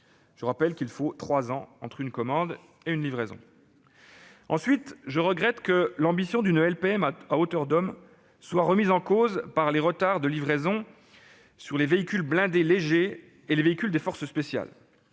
je rappelle qu'il faut trois ans entre une commande et une livraison. Je regrette en outre que l'ambition d'une LPM « à hauteur d'homme » soit remise en cause par les retards de livraison sur les véhicules blindés légers et les véhicules des forces spéciales.